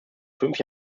fünf